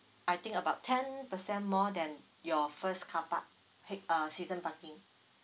I think about ten percent more than your first carpark ha~ uh season parking